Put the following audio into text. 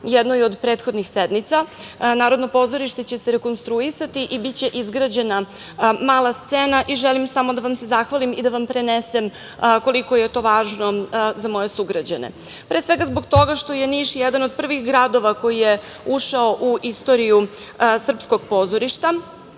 jednoj od prethodnih sednica. Narodno pozorište će se rekonstruisati i biće izgrađena mala scena i želim samo da vam se zahvalim i da vam prenesem koliko je to važno za moje sugrađane. Pre svega, zbog toga što je Niš jedan od prvih gradova koji je ušao u istoriju srpskog pozorišta,